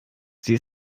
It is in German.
sie